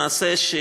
למעשה,